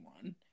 one